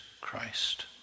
Christ